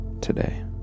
today